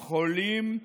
חולים,